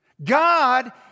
God